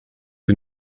que